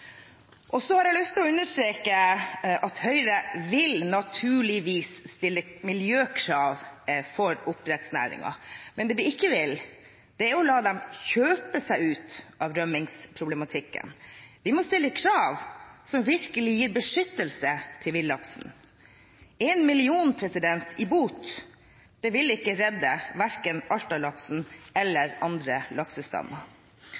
rømming. Så har jeg lyst å understreke at Høyre naturligvis vil stille miljøkrav til oppdrettsnæringen. Men det vi ikke vil, er å la dem kjøpe seg ut av rømmingsproblematikken. Vi må stille krav som virkelig gir beskyttelse til villaksen. 1 mill. kr i bot vil ikke redde verken